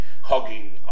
hugging